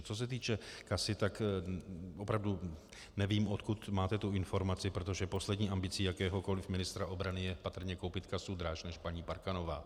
Co se týče letadel CASA, tak opravdu nevím, odkud máte tu informaci, protože poslední ambicí jakéhokoliv ministra obrany je patrně koupit casu dráž než paní Parkanová.